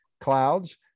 clouds